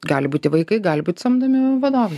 gali būti vaikai gali būt samdomi vadovai